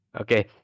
Okay